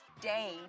Day